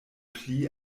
pli